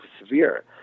severe